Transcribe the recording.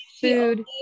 food